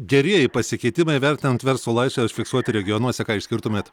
gerieji pasikeitimai vertinant verslo laisvę užfiksuoti regionuose ką išskirtumėt